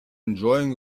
enjoying